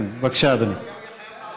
כן, בבקשה, אדוני.